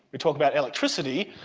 we talk about electricity.